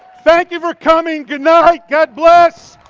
thank you for coming, goodnight, god bless.